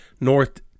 North